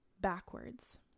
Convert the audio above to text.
backwards